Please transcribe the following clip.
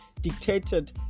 dictated